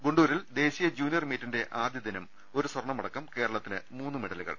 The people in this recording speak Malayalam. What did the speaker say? ഗുണ്ടൂരിൽ ദേശീയ ജൂനിയർ മീറ്റിന്റെ ആദ്യദിനം ഒരു സ്വർണ്ണമടക്കം കേരളത്തിന് മൂന്ന് മെഡലുകൾ